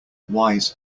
wise